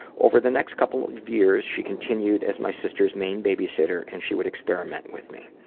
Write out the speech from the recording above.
over the next couple years she continued as my sisters' main babysitter and she would experiment with me.